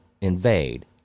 invade